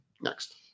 Next